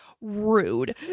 rude